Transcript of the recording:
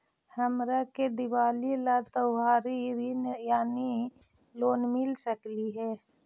हमरा के दिवाली ला त्योहारी ऋण यानी लोन मिल सकली हे?